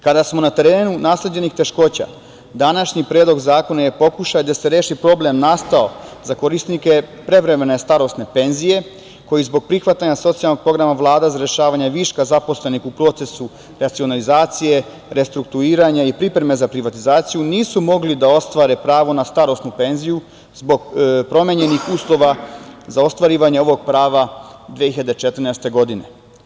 Kada smo na terenu nasleđenih teškoća, današnji Predlog zakona je pokušaj da se reši problem nastao za korisnike prevremene starosne penzije, koji zbog prihvatanja socijalnog programa Vlade za rešavanje viška zaposlenih u procesu racionalizacije, restrukturiranja i pripreme za privatizaciju nisu mogli da ostvare pravo na starosnu penziju zbog promenjenih uslova za ostvarivanje ovog prava 2014. godine.